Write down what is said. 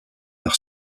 par